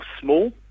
small